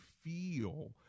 feel